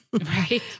Right